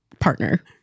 partner